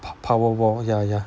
power wall ya ya